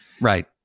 Right